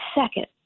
second